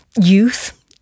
youth